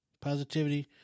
Positivity